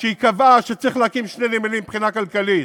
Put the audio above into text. שבו היא קבעה שצריך להקים שני נמלים מבחינה כלכלית.